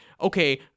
okay-